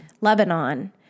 Lebanon